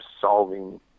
solving